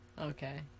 Okay